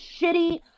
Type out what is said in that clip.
shitty